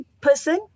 person